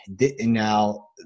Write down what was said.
now